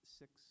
six